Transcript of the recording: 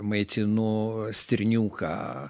maitinu stirniuką